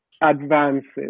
advances